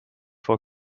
for